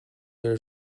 there